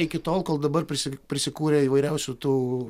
iki tol kol dabar prisik prisikūrė įvairiausių tų